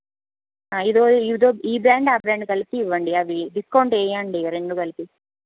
ఈ బ్రాండ్ ఆ బ్రాండ్ కలిపి ఇవ్వండి అవి డిస్కౌంట్ వెయ్యండి రెండు కలిపి